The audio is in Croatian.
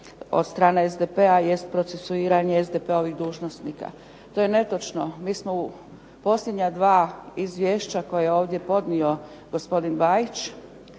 od strane SDP-a jest procesuiranje SDP-ovih dužnosnika. To je netočno. Mi smo u posljednja dva izvješća koje je ovdje podnio gospodin Bajić